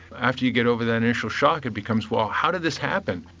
after you get over the initial shock it becomes well how did this happen?